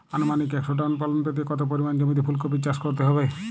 আনুমানিক একশো টন ফলন পেতে কত পরিমাণ জমিতে ফুলকপির চাষ করতে হবে?